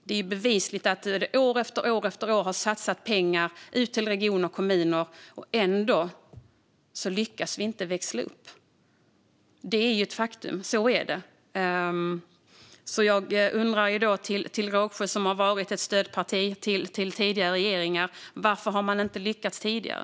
Det är ju bevisligen så att det år efter år har satsats pengar i regioner och kommuner men att man ändå inte lyckats växla upp. Det är ju ett faktum. Så är det. Min fråga till Rågsjö och Vänsterpartiet, som varit stödparti till tidigare regeringar, är varför man inte har lyckats tidigare.